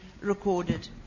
recorded